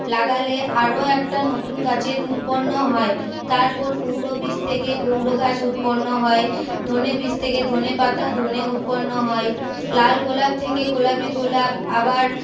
লাগালে আরও একটা নতুন গাছের উৎপন্ন হয় তারপর কুমড়ো বীজ থেকে কুমড়ো গাছ উৎপন্ন হয় ধনে বীজ থেকে ধনে পাতা ধনে উৎপন্ন হয় লাল গোলাপ থেকে গোলাপি গোলাপ আবার